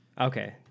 Okay